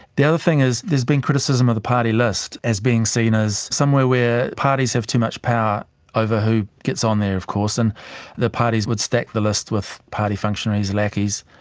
the other thing is there has been criticism of the party list as being seen as somewhere where parties have too much power over who gets on there of course, and the parties would stack the list with party functionaries, lackeys,